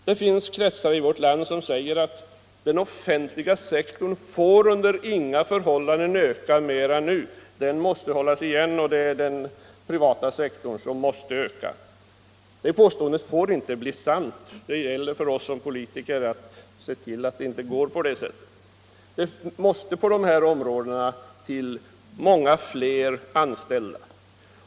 Det finns kretsar i vårt land som hävdar att den offentliga sektorn under inga förhållanden får öka mer nu. Där måste man i stället hålla igen. Det är den privata sektorn som måste öka. Det påståendet får inte bli verklighet. Det gäller för oss politiker att se till att det inte går på det sättet. Det måste till många fler anställda på dessa områden.